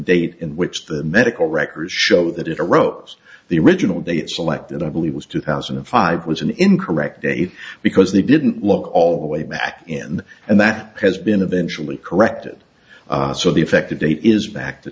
date in which the medical records show that it arose the original date selected i believe was two thousand and five was an incorrect date because they didn't look all the way back in and that has been eventually corrected so the effective date is back to